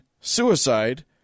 suicide